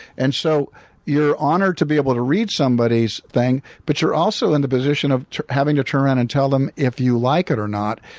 and so you're honored to be able to read somebody's thing, but you're also in the position of having to turn around and tell them if you like it or not.